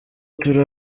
turi